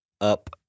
up